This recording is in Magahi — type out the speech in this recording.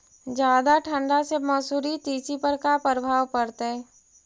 जादा ठंडा से मसुरी, तिसी पर का परभाव पड़तै?